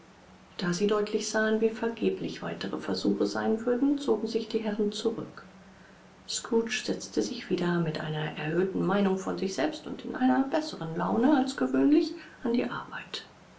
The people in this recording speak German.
da sie deutlich sahen wie vergeblich weitere versuche sein würden zogen sich die herren zurück scrooge setzte sich wieder mit einer erhöhten meinung von sich selbst und in einer besseren laune als gewöhnlich an die arbeit